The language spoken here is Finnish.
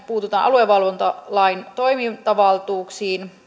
puututaan aluevalvontalain toimintavaltuuksiin